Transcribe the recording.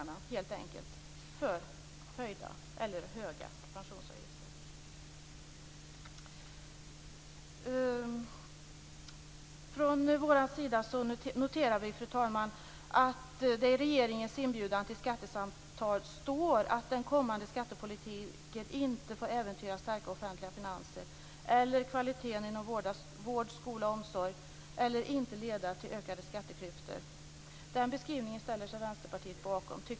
Den beskrivningen ställer sig Vänsterpartiet bakom.